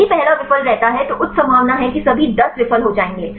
यदि पहला विफल रहता है तो उच्च संभावना है कि सभी 10 विफल हो जाएंगे